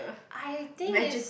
I think it's